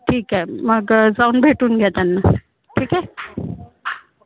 ठीक आहे मग जाऊन भेटून घ्या त्यांना ठीक आहे